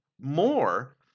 more